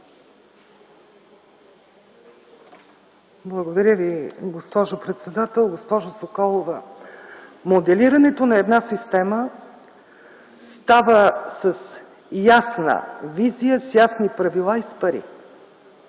Благодаря Ви, госпожо председател. Госпожо Соколова, моделирането на една система става с ясна визия, с ясни правила и с пари.